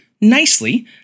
nicely